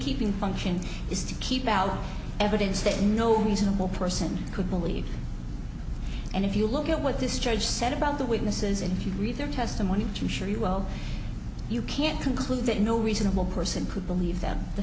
keeping function is to keep out evidence that no reasonable person could believe and if you look at what this judge said about the witnesses if you read their testimony to show you well you can't conclude that no reasonable person could believe that the